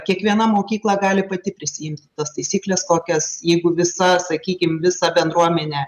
kiekviena mokykla gali pati prisiimt tas taisykles kokias jeigu visa sakykim visą bendruomenę